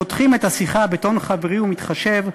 פותחים את השיחה בטון חברי ומתחשב,